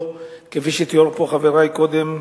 כפי שתיארו פה חברי קודם,